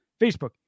Facebook